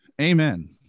Amen